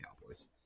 Cowboys